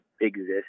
exist